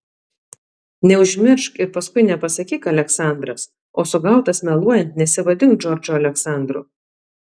neužmiršk ir paskui nepasakyk aleksandras o sugautas meluojant nesivadink džordžu aleksandru